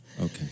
Okay